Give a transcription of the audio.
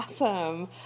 Awesome